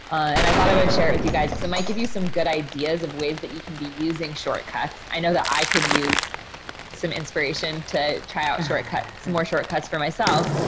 and i thought i would share it with you guys. cause it might give you some good ideas of ways that you can be using shortcuts. i know that i could use some inspiration to try out shortcuts, some more shortcuts for myself.